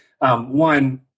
one